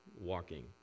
walking